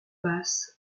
basse